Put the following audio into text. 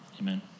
Amen